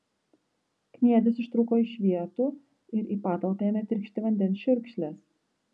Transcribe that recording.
kniedės ištrūko iš vietų ir į patalpą ėmė tikšti vandens čiurkšlės